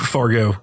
Fargo